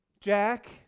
Jack